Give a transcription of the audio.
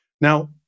Now